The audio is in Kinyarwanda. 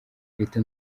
leta